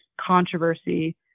controversy